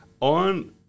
on